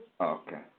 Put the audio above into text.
Okay